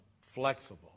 flexible